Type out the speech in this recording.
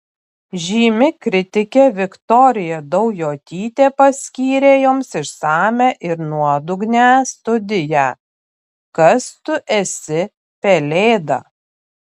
žymi kritikė viktorija daujotytė paskyrė joms išsamią ir nuodugnią studiją kas tu esi pelėda